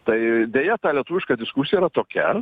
tai deja ta lietuviška diskusija yra tokia